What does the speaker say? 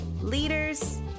leaders